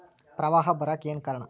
ಪ್ರವಾಹ ಬರಾಕ್ ಏನ್ ಕಾರಣ?